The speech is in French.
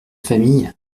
famille